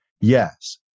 Yes